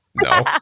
no